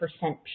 percent